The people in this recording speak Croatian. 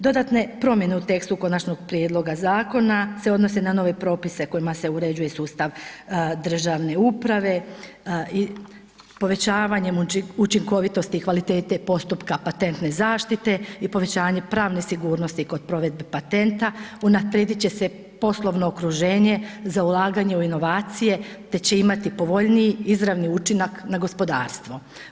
Dodatne promjene u tekstu konačnog prijedloga zakona se odnose na nove propise kojima se uređuje sustav državne uprave, povećavanjem učinkovitosti kvalitete postupka patentne zaštite i povećanje pravne sigurnosti kod provedbe patenta, unaprijedit će se poslovno okruženje za ulaganje u inovacije te će imati povoljniji izravni učinak na gospodarstvo.